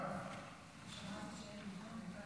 כששמעתי שאין מיגון, ביקשתי